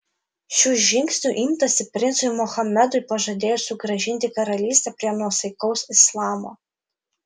šių žingsnių imtasi princui mohamedui pažadėjus sugrąžinti karalystę prie nuosaikaus islamo